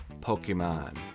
Pokemon